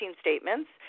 statements –